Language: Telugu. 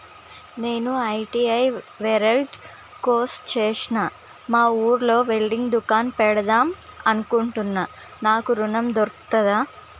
నేను ఐ.టి.ఐ వెల్డర్ కోర్సు చేశ్న మా ఊర్లో వెల్డింగ్ దుకాన్ పెడదాం అనుకుంటున్నా నాకు ఋణం దొర్కుతదా?